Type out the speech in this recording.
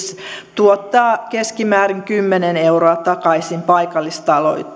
tuottaa keskimäärin kymmenen euroa takaisin paikallistalouteen